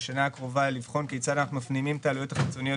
הקרובה כיצד אנחנו מפנימים את העלויות החיצוניות